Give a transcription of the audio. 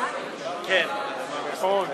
מקצוע בתחום הבריאות בנושא מגדר ונטייה מינית,